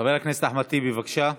חבר הכנסת אחמד טיבי, בבקשה.